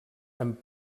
amb